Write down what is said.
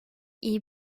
iyi